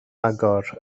agor